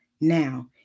now